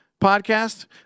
podcast